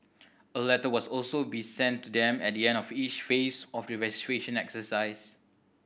a letter was also be sent to them at the end of each phase of the registration exercise